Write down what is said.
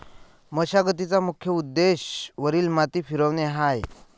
मशागतीचा मुख्य उद्देश वरील माती फिरवणे हा आहे